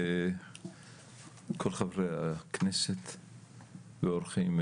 כל חברי הכנסת ואורחים,